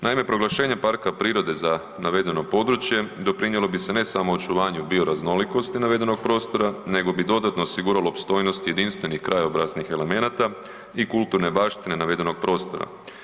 Naime, proglašenjem parka prirode za navedeno područje doprinijelo bi se ne samo očuvanju bioraznolikosti navedenog prostora nego bi dodatno osiguralo opstojnost jedinstvenih krajobraznih elemenata i kulturne baštine navedenog prostora.